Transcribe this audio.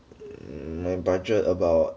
my budget about